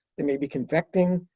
they may be convecting.